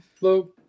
Hello